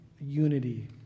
unity